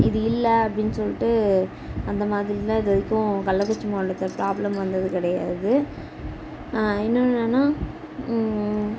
இது இல்லை அப்படீன்னு சொல்லிட்டு அந்த மாதிரிலாம் இதுவரைக்கும் கள்ளக்குறிச்சி மாவட்டத்தில் ப்ராப்ளம் வந்தது கிடையாது இன்னொன்னு என்னன்னா